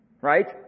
Right